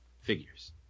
Figures